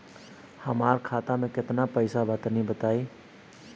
हमरा खाता मे केतना पईसा बा तनि बताईं?